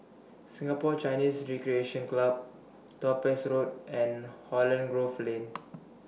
Singapore Chinese Recreation Club Topaz Road and Holland Grove Lane